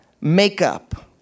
makeup